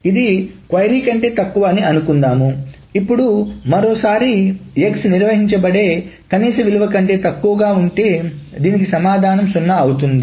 ఇది క్వరీ కంటే తక్కువ అని అనుకుందాం ఇప్పుడు మరోసారి x నిర్వహించబడే కనీస విలువ కంటే తక్కువగా ఉంటే దీనికి సమాధానం 0 అవుతుంది